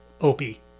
Opie